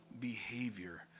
behavior